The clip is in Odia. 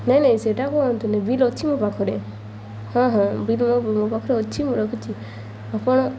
ନାହିଁ ନାହିଁ ସେଇଟା କୁହନ୍ତୁନି ବିଲ୍ ଅଛି ମୋ ପାଖରେ ହଁ ହଁ ବିଲ୍ ମୋ ପାଖରେ ଅଛି ମୁଁ ରଖୁଛି ଆପଣ